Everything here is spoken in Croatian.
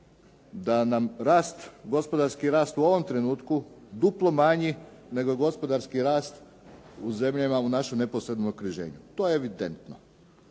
da nam je gospodarski rast u ovom trenutku duplo manji nego gospodarski rast u zemljama u našoj neposrednom okruženju. To je evidentno,